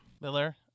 Miller